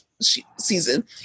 season